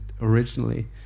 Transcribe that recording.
originally